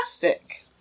fantastic